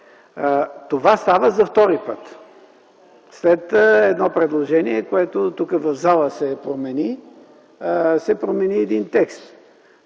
Това става за втори път. След едно предложение, което се промени в залата, се промени един текст.